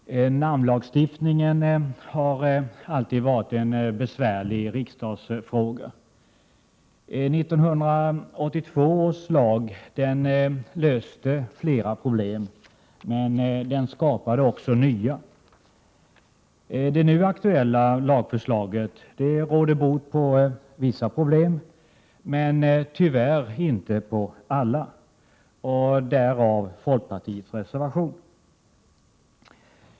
Herr talman! Namnlagstiftningen har alltid varit en besvärlig riksdagsfråga. 1982 års lag löste flera problem, men den skapade också nya. Det nu aktuella lagförslaget råder bot på vissa problem men tyvärr inte på alla — därav folkpartiets reservation.